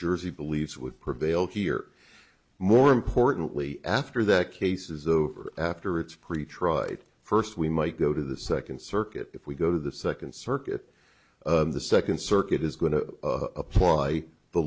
jersey believes would prevail here more importantly after that case is over after it's pre tried first we might go to the second circuit if we go to the second circuit the second circuit is going to apply the